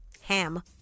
ham